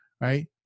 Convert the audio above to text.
right